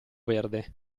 verde